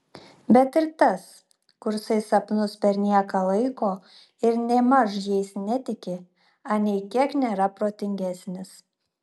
bet ir tas kursai sapnus per nieką laiko ir nėmaž jais netiki anei kiek nėra protingesnis